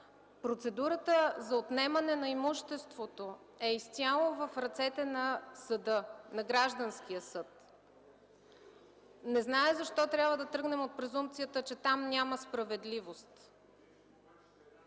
Процедурата за отнемане на имуществото е изцяло в ръцете на съда, на Гражданския съд. Не зная защо трябва да тръгнем от презумпцията, че там няма справедливост!?